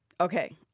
okay